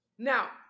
Now